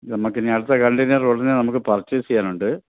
നമുക്കിനി അടുത്ത കണ്ടെയ്നറ് ഉടനെ നമുക്ക് പർച്ചേഴ്സ് ചെയ്യാനുണ്ട്